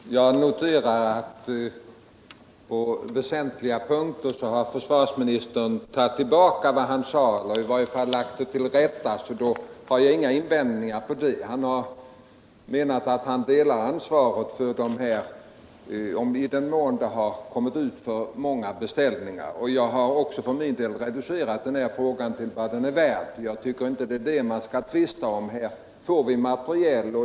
Herr talman! Jag noterar att försvarsministern på väsentliga punkter tagit tillbaka vad han tidigare sade, eller i varje fall lagt det till rätta. På dessa punkter har jag alltså inga invändningar att göra. Han säger att han delar ansvaret för att det kan ha lagts ut för många beställningar. Jag har för min del också reducerat denna fråga till vad den är värd. Jag tycker inte att det är detta vi skall tvista om. Det väsentliga är att vi får materiel.